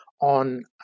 on